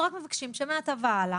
אנחנו רק מבקשים שמעתה והלאה,